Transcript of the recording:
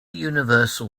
universal